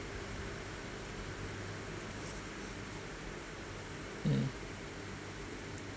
um